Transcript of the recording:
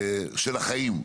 של החיים,